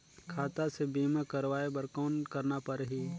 खाता से बीमा करवाय बर कौन करना परही?